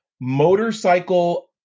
motorcycle